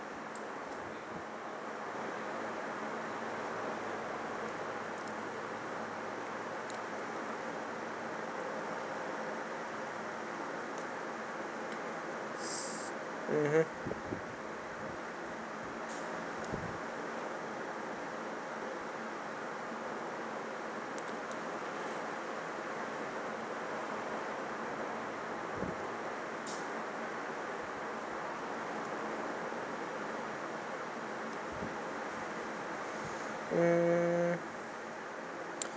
mmhmm mm